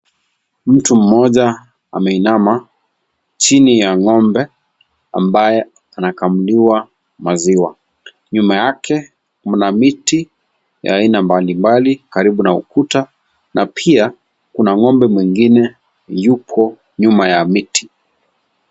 Mtu mmoja ameinama chini ya ngombe ambaye anakamuliuwa maziwa. Nyuma yake mna miti ya aina mbalimbali karibu na ukuta na pia kuna ngombe mwengine yuko nyuma ya miti.